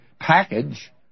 package